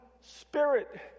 spirit